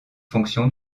fonction